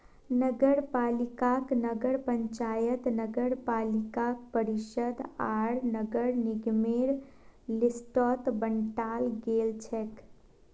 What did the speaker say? नगरपालिकाक नगर पंचायत नगरपालिका परिषद आर नगर निगमेर लिस्टत बंटाल गेलछेक